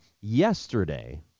yesterday